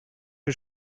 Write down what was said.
que